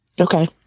Okay